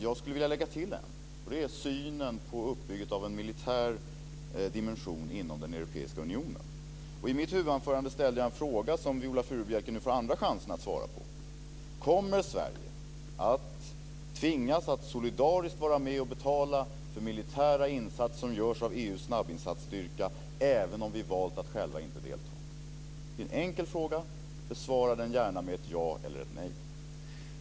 Jag skulle vilja lägga till en, nämligen synen på uppbyggnaden av en militär dimension inom den europeiska unionen. I mitt huvudanförande ställde jag en fråga som Viola Furubjelke nu får en andra chans att besvara: Kommer Sverige att tvingas att solidariskt vara med och betala för militära insatser som görs av EU:s snabbinsatsstyrka även om vi valt att själva inte delta? Det är en enkel fråga. Besvara den gärna med ett ja eller ett nej!